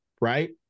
right